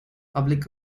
public